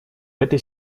этой